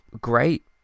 great